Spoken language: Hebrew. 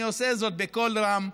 אני עושה זאת בקול רם,